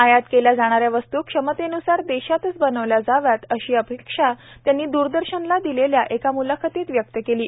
आयात केल्या जाणाऱ्या वस्तू क्षमतेनुसार देशातच बनवल्या जाव्यात अशी अपेक्षा त्यांनी दूरदर्शनला दिलेल्या एका मुलाखतीत व्यक्त केली आहे